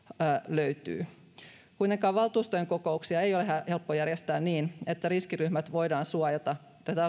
löytyy kuitenkaan valtuustojen kokouksia ei ole ihan helppo järjestää niin että riskiryhmät voidaan suojata